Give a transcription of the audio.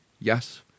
Yes